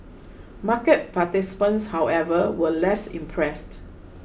market participants however were less impressed